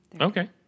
Okay